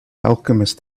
alchemist